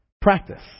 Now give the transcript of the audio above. practice